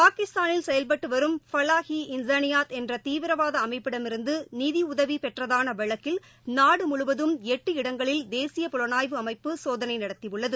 பாகிஸ்தானில் செயவ்பட்டு வரும் ஃபவாஹ் இ இன்சானியாத் என்ற தீவிரவாத அமைப்பிடமிருந்து நிதிபுதவி பெற்றதான வழக்கில் நாடு முழுவதும் எட்டு இடங்களில் தேசிய புலனாய்வு அமைப்பு சோதனை நடத்தியுள்ளது